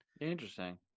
Interesting